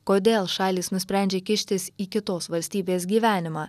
kodėl šalys nusprendžia kištis į kitos valstybės gyvenimą